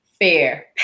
Fair